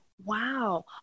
Wow